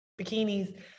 bikinis